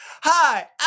Hi